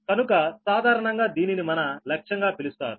కనుక సాధారణంగా దీనిని మన లక్ష్యం గా పిలుస్తారు